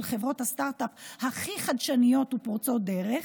של חברות הסטרטאפ הכי חדשניות ופורצות דרך,